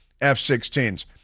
F-16s